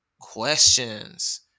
Questions